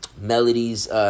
Melodies